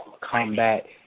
combat